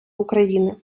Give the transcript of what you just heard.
україни